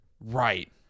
Right